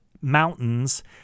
mountains